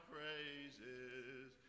praises